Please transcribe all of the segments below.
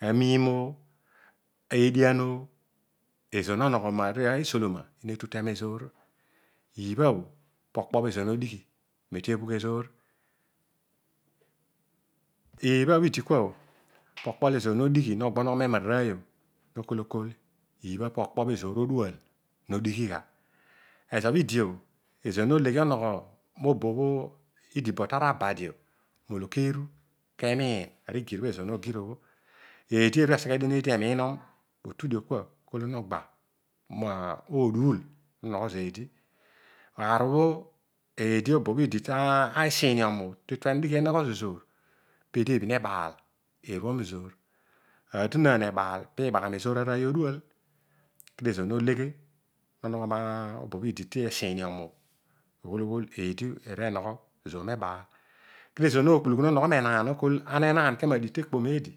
Amiimo, edian o ezor no nogho marisoloma bho netu tema ezoor pokpo bho ezor no dighi mediebhugh ezor ubha bhi idikua bho po okpo bho ezoor no dighi mediebhugh ezor ubha bhi idikua bho po okpo bho ezoor nodighi nogba no nogho me mararoiy o no. kol kua ibha pokpo lo ezor no dighi gha ezor bho mobobho idigha tara abadio molo eedi eru ezighe mandien eedi emiin lotol keso bho noghaiy amuduul no nogho zeedi aar obho edi obobho idi tesiinium tetu edighi enogho zoor peedi ebhin ebaal eru enogh zoor. Aadon ebaal ziibagham arooy odual kedio ezor no leghe nonogho mo bobho idi tesi esiniom o ughol eedi eru enogho mebaal kedio ezoor nookpulughu no nogho menaan no kolwa ana enaan aru adigh tekpom eedi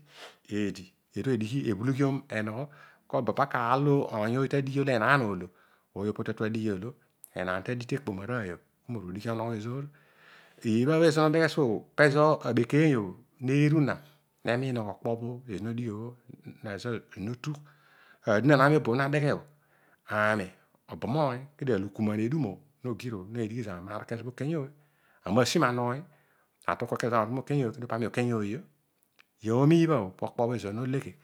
edighi ebhulughiom bon aar olo ooy tadighi olo enaan oolo ooy opo ta tu adighi oolo. Enaan tadighi tekpom aroiy obho ku moru odighi onogho ezoor libha bho no deghe suo bho pezo abekeiyo neeru na nomiin arodighi obho ezoor notugh. Adonaan ami oboo na deghe ami obam oiy kedio arugum ariidumi nogirnogho needighi zami nrorol kezobho okenya ooy. Ami nasi manoiy atol kua kezobho ami uru mo okenyooy kedio kami okenyaooyio oomibha bho pokpo ezoor modighi